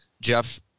Jeff